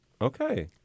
okay